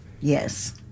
Yes